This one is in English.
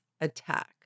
attack